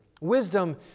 Wisdom